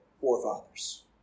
forefathers